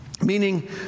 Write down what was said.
Meaning